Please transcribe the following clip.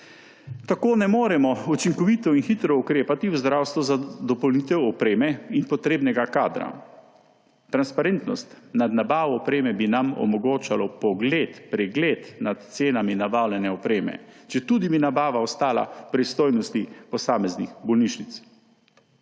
Tako ne moremo učinkovito in hitro ukrepati v zdravstvu za dopolnitev opreme in potrebnega kadra. Transparentnost nad nabavo opreme bi nam omogočala vpogled, pregled nad cenami nabavljene opreme, četudi bi nabava ostali v pristojnosti posameznih bolnišnic.